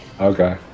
Okay